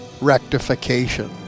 rectification